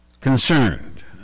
concerned